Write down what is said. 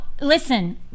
listen